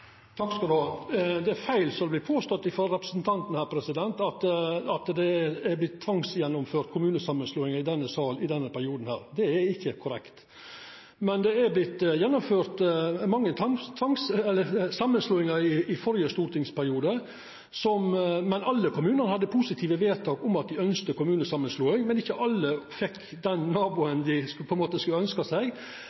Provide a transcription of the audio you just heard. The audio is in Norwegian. Det er feil, det som vert påstått av representanten, at det har vorte tvangsgjennomført kommunesamanslåingar i denne sal i denne perioden. Det er ikkje korrekt. Det vart gjennomført mange samanslåingar i førre stortingsperiode. Alle kommunane hadde positive vedtak om at dei ønskte kommunesamanslåing, men ikkje alle fekk den